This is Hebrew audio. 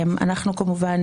אנחנו כמובן